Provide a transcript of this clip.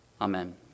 Amen